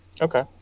Okay